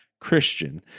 Christian